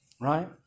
Right